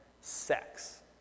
sex